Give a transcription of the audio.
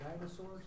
dinosaurs